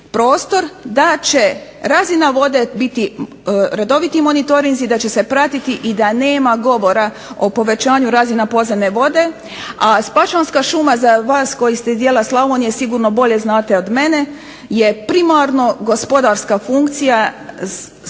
da će razina vode biti redoviti monitorinzi i da će se pratiti i da nema govora o povećanju razina podzemne vode. A Spačvanska šuma za vas koji ste iz dijela Slavonije sigurno bolje znate od mene, je primarno gospodarska funkcija zbog